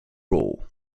role